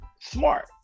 Smart